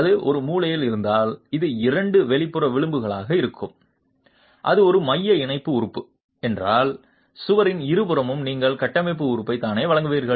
அது ஒரு மூலையில் இருந்தால் அது இரண்டு வெளிப்புற விளிம்புகளாக இருக்கும் அது ஒரு மைய இணைப்பு உறுப்பு என்றால் சுவரின் இருபுறமும் நீங்கள் கட்டமைப்பு உறுப்பை தானே வழங்குவீர்கள்